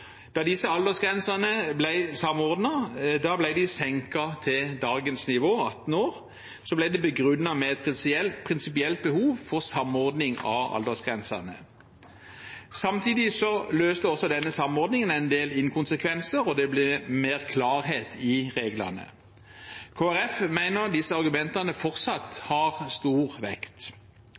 Da disse aldersgrensene ble samordnet og senket til dagens nivå, 18 år, ble det begrunnet med et prinsipielt behov for samordning av aldersgrensene. Samtidig løste denne samordningen en del inkonsekvenser, og det ble mer klarhet i reglene. Kristelig Folkeparti mener disse argumentene fortsatt har stor vekt.